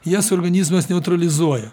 jas organizmas neutralizuoja